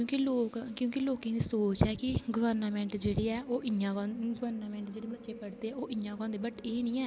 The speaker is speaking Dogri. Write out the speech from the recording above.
क्योंकि लोक क्योंकि लोकें गी सोच ऐ कि गवर्नामेंट जेहड़ी ऐ ओह् इयां गवर्नामेंट जेहडे़ ब्चे पढ़दे ओह् इयां गै होंदे बट एह् नेईं ऐ